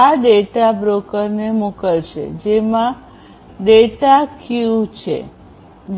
આ ડેટા બ્રોકરને મોકલશે જેમાં ડેટા ક્યુ છે